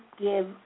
give